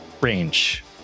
range